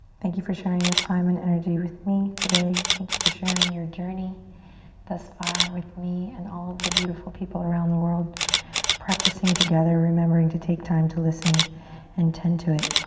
thank you for sharing this time and energy with me today. thank you for sharing your journey thus far with me and all of the beautiful people around the world practicing together, remembering to take time to listen and tend to it.